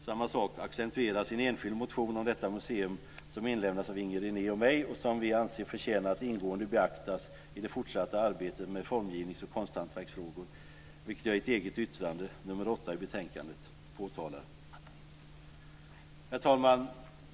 Samma sak accentueras i en enskild motion om detta museum som inlämnats av Inger René och mig och som vi anser förtjänar att ingående beaktas i det fortsatta arbetet med formgivnings och konsthantverksfrågor, vilket jag i ett eget yttrande, nr 8 i betänkandet, påpekar. Herr talman!